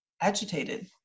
agitated